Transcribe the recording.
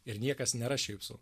ir niekas nėra šiaip sau